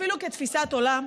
אפילו כתפיסת עולם,